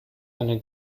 eine